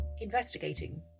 investigating